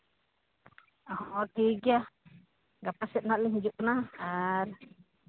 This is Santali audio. ᱦᱚᱸ ᱴᱷᱤᱠ ᱜᱮᱭᱟ ᱜᱟᱯᱟ ᱥᱮᱫ ᱱᱟᱜ ᱞᱤᱧ ᱦᱤᱡᱩᱜ ᱠᱟᱱᱟ ᱟᱨ